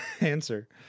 answer